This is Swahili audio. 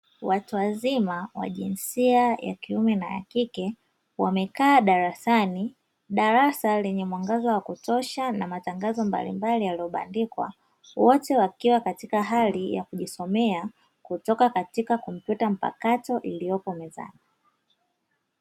Watu wazima wa jinsia ya kiume na ya kike wamekaa darasani, darasa lenye mwangaza wa kutosha na matangazo mbalimbali, yaliyobandikwa wote wakiwa katika hali ya kujisomea kutoka katika kompyuta mpakato iliyopo mezani.